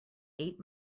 eight